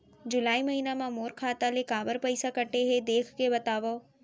जुलाई महीना मा मोर खाता ले काबर पइसा कटे हे, देख के बतावव?